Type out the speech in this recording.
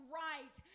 right